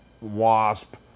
Wasp